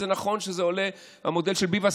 זה נכון שעולה המודל של ביבס,